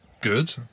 Good